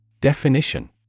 Definition